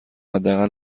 حداقل